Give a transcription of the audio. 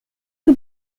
the